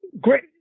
Great